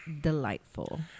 delightful